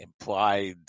implied